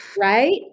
Right